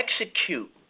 execute